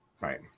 right